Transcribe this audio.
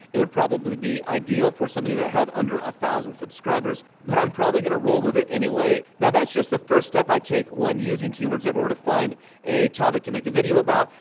it would probably be ideal for somebody that had under one ah thousand subscribers, but i'm probably gonna roll with it anyway. now that's just the first step i take when using keywords everywhere to find a topic to make a video about,